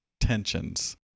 tensions